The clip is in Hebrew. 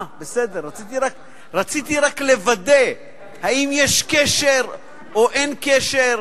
רציתי רק לוודא אם יש קשר או אין קשר.